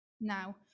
Now